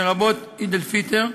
לרבות עיד אל-פיטר,